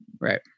Right